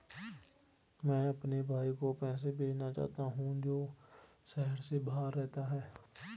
मैं अपने भाई को पैसे भेजना चाहता हूँ जो शहर से बाहर रहता है